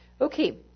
Okay